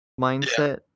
mindset